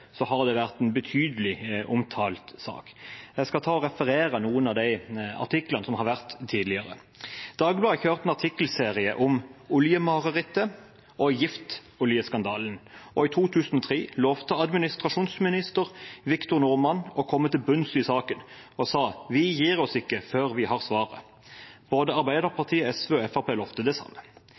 har det vært en betydelig omtalt sak. Jeg skal referere noen av de artiklene som har vært tidligere. Dagbladet kjørte en artikkelserie om «oljemarerittet» og «giftoljeskandalen». I 2003 lovte administrasjonsminister Victor Norman å komme til bunns i saken, og sa: «Vi gir oss ikke før vi har svaret.» Både Arbeiderpartiet, SV og Fremskrittspartiet lovte det samme.